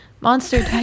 Monster